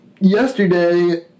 yesterday